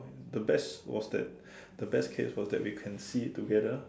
the best was that the best case was that we can see it together